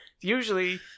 Usually